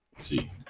see